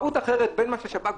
מהות אחרת בין מה שהשב"כ עושה,